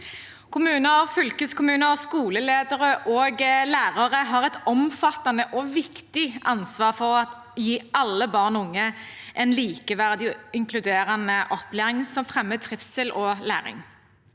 Kommuner, fylkeskommuner, skoleledere og lærere har et omfattende og viktig ansvar for å gi alle barn og unge en likeverdig og inkluderende opplæring som